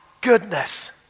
goodness